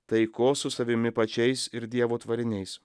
taikos su savimi pačiais ir dievo tvariniais